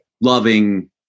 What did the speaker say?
Loving